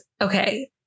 okay